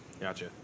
Gotcha